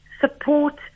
support